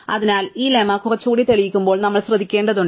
അതിനാൽ ഈ ലെമ്മ കുറച്ചുകൂടി തെളിയിക്കുമ്പോൾ നമ്മൾ ശ്രദ്ധിക്കേണ്ടതുണ്ട്